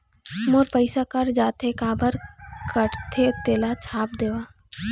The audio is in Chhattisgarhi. मोर पैसा कट जाथे काबर कटथे तेला छाप देव?